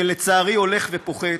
שלצערי הולך ופוחת,